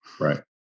Right